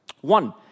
One